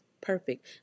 perfect